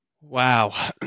wow